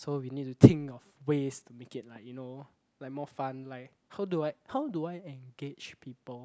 so we need to think of ways to make it like you know like more fun like how do I how do I engage people